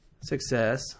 success